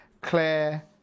Claire